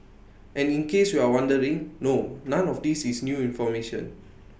and in case you're wondering no none of these is new information